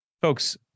folks